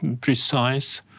precise